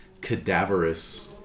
cadaverous